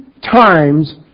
times